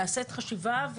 נעשית חשיבה,